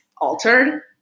altered